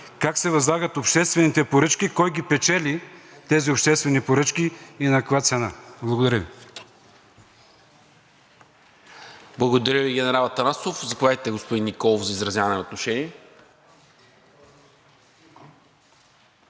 как се възлагат обществените поръчки, кой ги печели тези обществени поръчки и на каква цена? Благодаря Ви. ПРЕДСЕДАТЕЛ НИКОЛА МИНЧЕВ: Благодаря Ви, генерал Атанасов. Заповядайте, господин Николов, за изразяване на отношение.